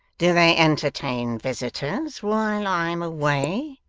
do they entertain visitors while i'm away